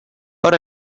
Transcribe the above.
but